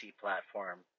platform